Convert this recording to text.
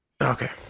Okay